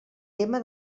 tema